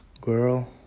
girl